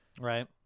right